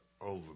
over